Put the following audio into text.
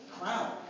crowd